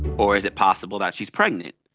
or is it possible that she is pregnant?